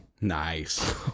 Nice